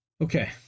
Okay